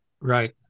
Right